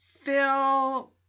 Phil